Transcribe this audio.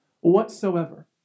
whatsoever